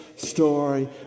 Story